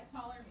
taller